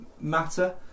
matter